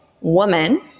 woman